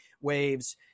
waves